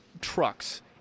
trucks